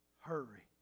Hurry